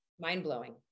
Mind-blowing